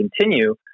continue